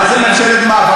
מה זה ממשלת מעבר?